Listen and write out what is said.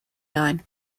line